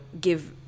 give